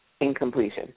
incompletion